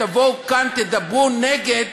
תבואו כאן ותדברו נגד,